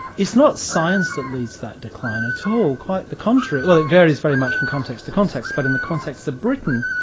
it's not science that leads that decline at all, quite the contrary well it varies very much in context to context, but in the context of britain,